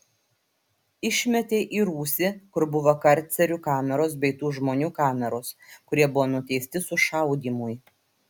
išmetė į rūsį kur buvo karcerių kameros bei tų žmonių kameros kurie buvo nuteisti sušaudymui